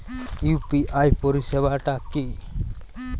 UPI পরিসেবাটা কি?